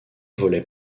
volait